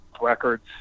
records